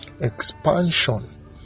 Expansion